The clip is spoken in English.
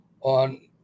on